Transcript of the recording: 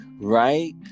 right